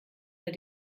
der